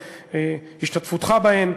על השתתפותך בהן.